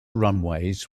runways